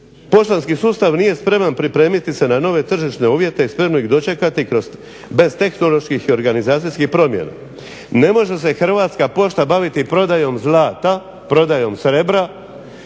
Poštanski sustav nije spreman pripremiti se na nove tržišne uvjete i spremno ih dočekati bez tehnoloških i organizacijskih promjena. Ne može se Hrvatska pošta baviti prodajom zlata, prodajom srebra,